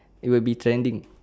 it would be trending